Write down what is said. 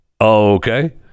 okay